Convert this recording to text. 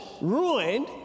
ruined